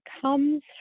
comes